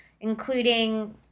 including